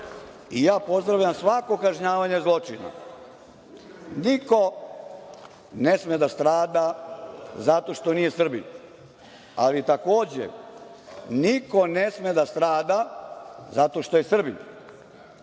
i ja pozdravljam svako kažnjavanje zločina. Niko ne sme da strada zato što nije Srbin, ali takođe niko ne sme da strada zato što je Srbin.